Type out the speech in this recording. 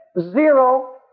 zero